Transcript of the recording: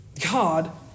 God